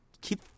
keep